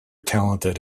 talented